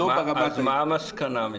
אז מה המסקנה מזה?